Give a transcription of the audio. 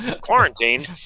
quarantine